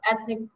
ethnic